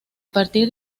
partir